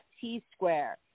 T-square